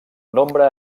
nombre